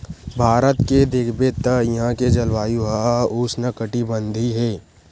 भारत के देखबे त इहां के जलवायु ह उस्नकटिबंधीय हे